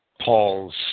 Paul's